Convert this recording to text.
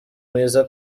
mwiza